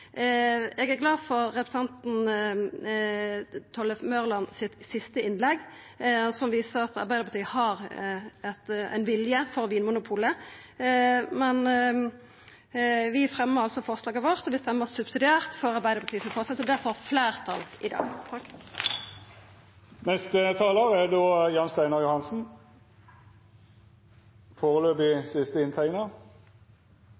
Eg veit ikkje kvar ein tek det frå. Eg er glad for representanten Tellef Mørlands siste innlegg, som viser at Arbeidarpartiet har ein vilje for Vinmonopolet. Vi fremjar altså forslaget vårt, og vi stemmer subsidiært for forslaget frå Arbeidarpartiet, så det får fleirtal i dag.